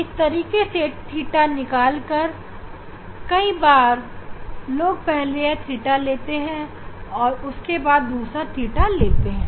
इसी तरीके से थीटा निकाल कर कई बार लोग पहले यह थीटा लेते हैं और उसके बाद दूसरा थीटा लेते हैं